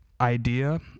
idea